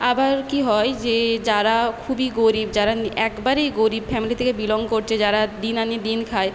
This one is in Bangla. আবার কি হয় যে যারা খুবই গরীব যারা একবারেই গরীব ফ্যামিলি থেকে বিলং করছে যারা দিন আনি দিন খায়